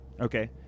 Okay